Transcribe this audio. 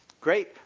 Great